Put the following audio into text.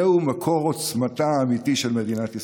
זהו מקור עוצמתה האמיתי של מדינת ישראל.